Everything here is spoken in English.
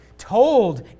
told